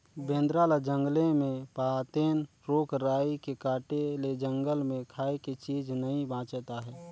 बेंदरा ल जंगले मे पातेन, रूख राई के काटे ले जंगल मे खाए के चीज नइ बाचत आहे